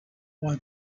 why